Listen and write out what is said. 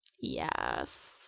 yes